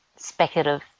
speculative